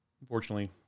Unfortunately